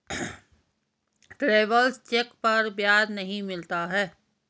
travellers cheque पर ब्याज नहीं मिलता है